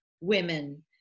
women